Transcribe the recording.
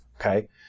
Okay